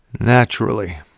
naturally